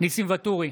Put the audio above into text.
ניסים ואטורי